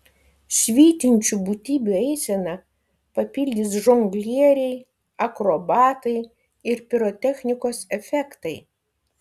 švytinčių būtybių eiseną papildys žonglieriai akrobatai ir pirotechnikos efektai